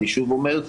אני שוב אומר,